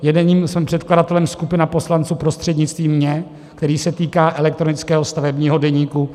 Jedním předkladatelem je skupina poslanců prostřednictvím mě, který se týká elektronického stavebního deníku.